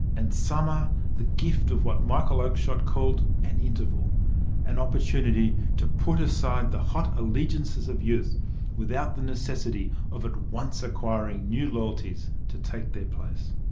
and summer the gift of what michael oakeshott called an interval an opportunity to put aside the hot allegiances of youth without the necessity of at once acquiring new loyalties to take their place.